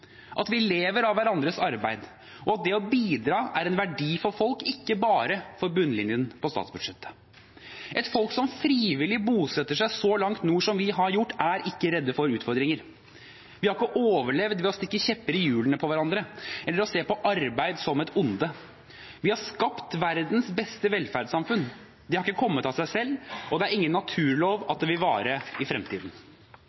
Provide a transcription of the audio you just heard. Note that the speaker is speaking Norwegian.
at vi lever av hverandres arbeid, og at det å bidra er en verdi for folk, ikke bare for bunnlinjen på statsbudsjettet. Et folk som frivillig bosetter seg så langt nord som vi har gjort, er ikke redde for utfordringer. Vi hadde ikke overlevd ved å stikke kjepper i hjulene for hverandre eller ved å se på arbeid som et onde. Vi har skapt verdens beste velferdssamfunn. Det har ikke kommet av seg selv, og det er ingen naturlov